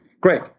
Great